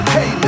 Hey